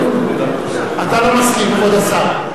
אתה לא מסכים, כבוד השר.